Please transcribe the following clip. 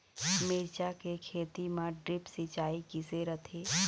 मिरचा के खेती म ड्रिप सिचाई किसे रथे?